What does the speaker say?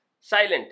silent